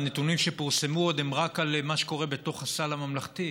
הנתונים שפורסמו הם רק על מה שקורה בתוך הסל הממלכתי.